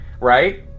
right